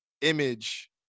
image